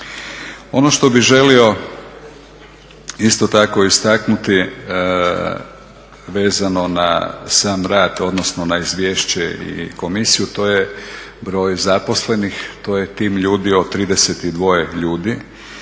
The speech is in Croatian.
Ono što bih želio isto tako istaknuti vezano na sam rad odnosno na izvješće i komisiju to je broj zaposlenih, to je tim ljudi od 32 ljudi